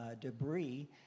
debris